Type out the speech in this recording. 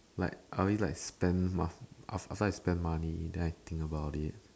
like I only like spend af~ after I spend money than I think about it